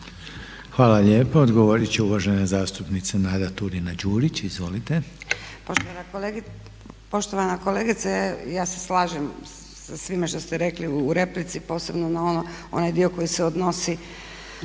Hvala lijepo. Odgovorit će uvažena zastupnica Nada Turina-Đurić. Izvolite. **Turina-Đurić, Nada (HNS)** Poštovana kolegice, ja se slažem sa svime što ste rekli u replici posebno na onaj dio koji se odnosi